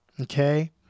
Okay